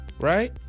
Right